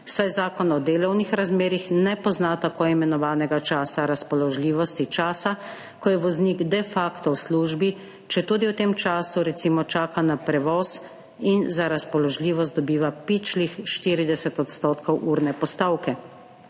saj Zakon o delovnih razmerjih ne pozna tako imenovanega časa razpoložljivosti, ko je voznik de facto v službi, četudi v tem času recimo čaka na prevoz, in za razpoložljivost dobiva pičlih 40 % urne postavke.